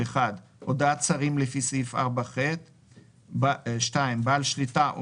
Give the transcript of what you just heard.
הודעת השרים לפי סעיף 4(ח); בעל שליטה או